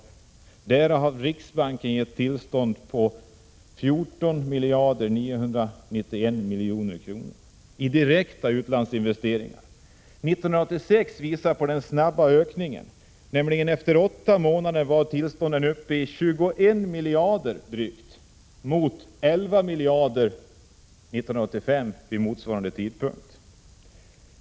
Av dessa 40—50 miljarder har riksbanken gett tillstånd till 14 991 000 000 i direkta utlandsinvesteringar. 1986 visar på denna snabba ökning. Efter åtta månader var tillstånden uppe i drygt 21 miljarder mot 11 miljarder vid motsvarande tidpunkt 1985.